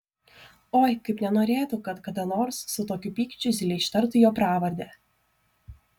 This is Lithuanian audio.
oi kaip nenorėtų kad kada nors su tokiu pykčiu zylė ištartų jo pravardę